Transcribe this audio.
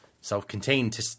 self-contained